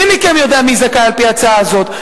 מי מכם יודע מי זכאי על-פי ההצעה הזאת?